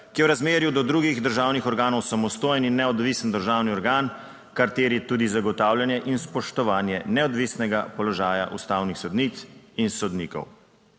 ki je v razmerju do drugih državnih organov samostojen in neodvisen državni organ, kar terja tudi zagotavljanje in spoštovanje neodvisnega položaja ustavnih sodnic in sodnikov."